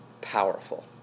powerful